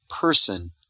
person